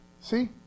See